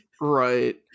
Right